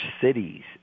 cities